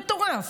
מטורף.